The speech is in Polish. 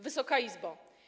Wysoka Izbo!